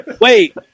wait